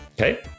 Okay